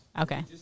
Okay